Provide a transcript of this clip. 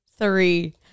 three